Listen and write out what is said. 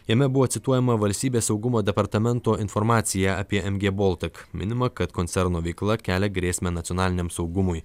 jame buvo cituojama valstybės saugumo departamento informacija apie mg baltic minima kad koncerno veikla kelia grėsmę nacionaliniam saugumui